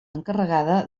encarregada